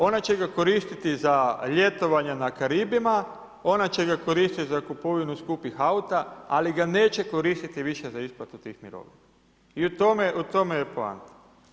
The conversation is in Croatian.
Ona će ga koristiti za ljetovanja na Karibima, ona će ga koristiti za kupovinu skupih auta, ali ga neće koristiti više za isplatu tih mirovina i u tome je poanta.